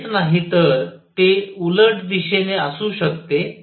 एवढेच नाही तर ते उलट दिशेने असू शकते